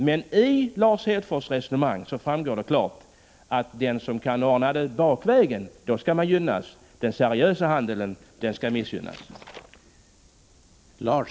Men av Lars Hedfors resonemang framgår det klart att den som kan ordna det bakvägen skall gynnas, medan den seriösa handeln skall missgynnas.